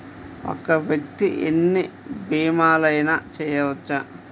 ఒక్క వ్యక్తి ఎన్ని భీమలయినా చేయవచ్చా?